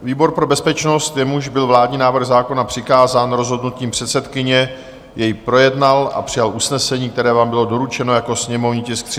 Výbor pro bezpečnost, jemuž byl vládní návrh zákona přikázán rozhodnutím předsedkyně, jej projednal a přijal usnesení, které vám bylo doručeno jako sněmovní tisk 351/1.